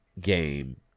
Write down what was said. game